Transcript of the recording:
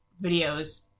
videos